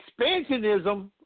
expansionism